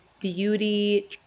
beauty